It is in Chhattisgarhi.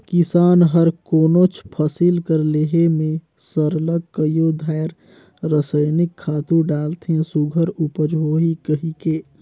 किसान हर कोनोच फसिल कर लेहे में सरलग कइयो धाएर रसइनिक खातू डालथे सुग्घर उपज होही कहिके